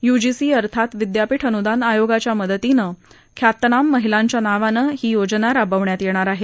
UGC अर्थात विद्यापीठ अनुदान आयोगाच्या मदतीनं ख्यातनाम महिलांच्या नावानं ही योजना राबवण्यात येणार आहे